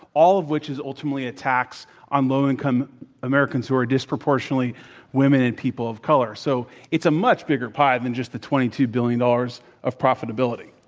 all of which is ultimately a tax on low-income americans who are disproportionately women and people of color. so, it's a much bigger pie than just the twenty two billion dollars of profitability.